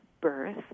birth